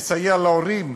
לסייע להורים,